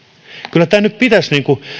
kyllä tämä nyt pitäisi